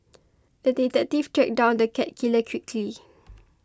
the detective tracked down the cat killer quickly